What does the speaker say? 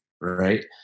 Right